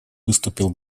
выступил